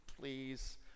please